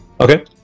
Okay